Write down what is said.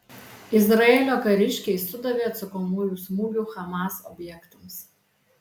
izraelio kariškiai sudavė atsakomųjų smūgių hamas objektams